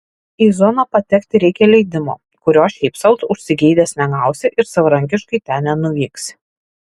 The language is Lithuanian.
į zoną patekti reikia leidimo kurio šiaip sau užsigeidęs negausi ir savarankiškai ten nenuvyksi